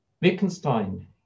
Wittgenstein